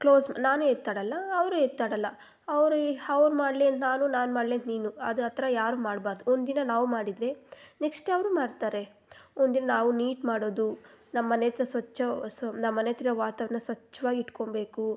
close ನಾನು ಎತ್ತಿಡಲ್ಲ ಅವರು ಎತ್ತಿಡಲ್ಲ ಅವ್ರು ಈ ಅವ್ರ್ ಮಾಡಲಿ ಅಂತ ನಾನು ನಾನು ಮಾಡಲಿ ಅಂತ ನೀನು ಅದು ಆಥರ ಯಾರು ಮಾಡಬಾರ್ದು ಒಂದಿನ ನಾವು ಮಾಡಿದರೆ ನೆಕ್ಸ್ಟ್ ಅವರು ಮಾಡ್ತಾರೆ ಒಂದಿನ ನಾವು ನೀಟ್ ಮಾಡೋದು ನಮ್ಮನೆಯಹತ್ರ ಸ್ವಚ್ಛ ಸ ನಮ್ಮನೆಯಹತ್ರ ವಾತಾವರಣ ಸ್ವಚ್ವಾಗಿಟ್ಕೊಬೇಕು